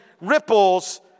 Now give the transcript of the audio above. ripples